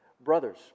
Brothers